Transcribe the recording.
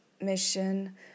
mission